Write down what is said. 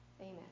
Amen